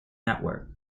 network